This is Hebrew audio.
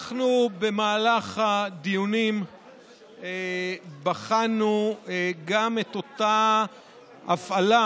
במהלך הדיונים בחנו גם את אותה הפעלה,